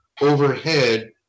overhead